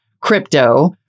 crypto